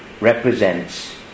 represents